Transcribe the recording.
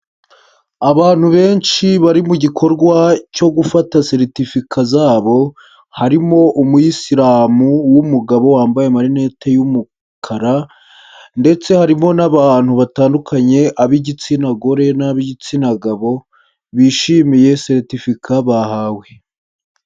Abantu benshi bari mu gikorwa cyo gufata seretifika zabo, harimo umuyisilamu w'umugabo, wambaye amarinete y'umukara ndetse harimo n'abantu batandukanye, ab'igitsina gore n'ab'igitsina gabo, bishimiye seretifika bahawe.